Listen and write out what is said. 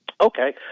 Okay